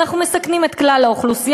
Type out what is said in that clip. אנחנו מסכנים את כלל האוכלוסייה?